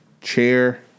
chair